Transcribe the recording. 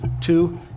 Two